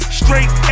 straight